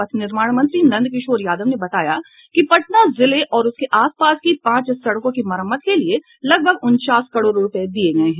पथ निर्माण मंत्री नंदकिशोर यादव ने बताया कि पटना जिले और इसके आस पास की पांच सड़कों की मरम्मत के लिए लगभग उनचास करोड़ रूपये दिये गये हैं